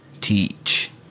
teach